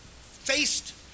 faced